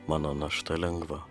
mano našta lengva